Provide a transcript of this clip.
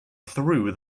threw